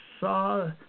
Saw